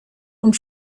und